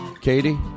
Katie